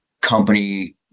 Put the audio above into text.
company